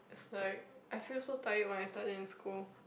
is like I feel so tired when I study in school